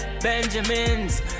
Benjamins